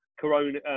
corona